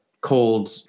cold